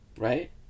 right